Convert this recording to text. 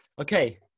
Okay